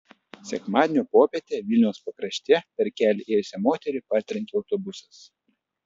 sekmadienio popietę vilniaus pakraštyje per kelią ėjusią moterį partrenkė autobusas